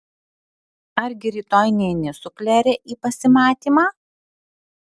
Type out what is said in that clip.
argi rytoj neini su klere į pasimatymą